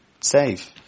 Save